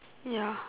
ya